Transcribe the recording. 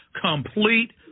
complete